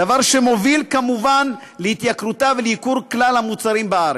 דבר שמוביל כמובן להתייקרותה ולייקור כלל המוצרים בארץ.